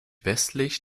westlich